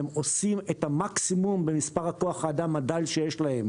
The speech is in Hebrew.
הם עושים את המקסימום עם מספר כוח האדם הדל שיש להם.